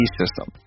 system